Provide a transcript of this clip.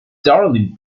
darling